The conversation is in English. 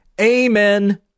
Amen